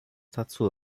dazu